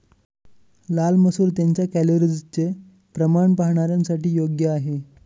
लाल मसूर त्यांच्या कॅलरीजचे प्रमाण पाहणाऱ्यांसाठी योग्य आहे